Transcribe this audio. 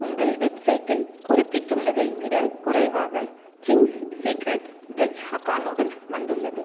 உங்கள் வெப்சைட்டில் குறிப்பிட்டுள்ளதை விடக் குறைவாக Ching's secret veg hakka noodles வந்துள்ளது